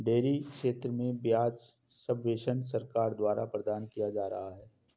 dairy क्षेत्र में ब्याज सब्वेंशन सरकार द्वारा प्रदान किया जा रहा है